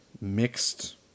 mixed